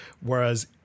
Whereas